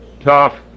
Tough